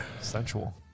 Sensual